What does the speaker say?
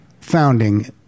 founding